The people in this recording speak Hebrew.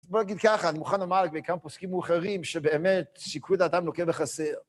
בוא נגיד ככה, אני מוכן לומר לגבי כמה פוסקים מאוחרים, שבאמת שיקול דעתם לוקה בחסר.